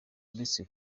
uretse